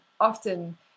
often